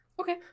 Okay